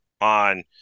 on